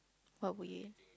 what would you eat